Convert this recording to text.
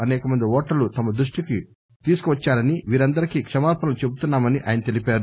అసేకమంది ఓటర్లు తమ దృష్టికి తీసుకువచ్చారని వీరందరికీ క్షమాపణలు చెబుతున్నా మని ఆయన తెలిపారు